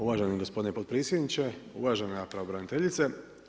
Uvaženi gospodine potpredsjedniče, uvažena pravobraniteljice.